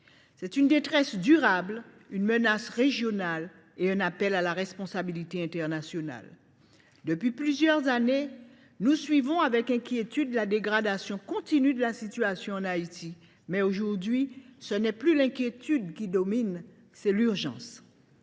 C’est une détresse durable, une menace régionale et un appel à la responsabilité internationale. Depuis plusieurs années, nous suivons avec inquiétude la dégradation continue de la situation en Haïti. Mais aujourd’hui, ce n’est plus l’inquiétude qui domine : c’est l’urgence.